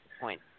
point